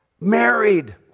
married